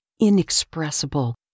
inexpressible